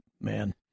man